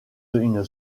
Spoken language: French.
une